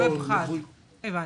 ופחת.